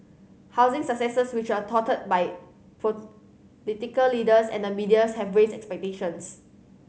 housing successes which were touted by political leaders and the medias have raised expectations